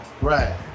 Right